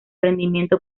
rendimiento